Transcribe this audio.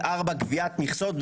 רביעית, קביעת מכסות.